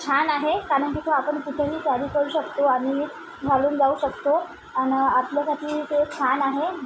छान आहे कारण की ते आपण कुठेही कॅरी करू शकतो आणि घालून जाऊ शकतो आणि आपल्यासाठी ते छान आहे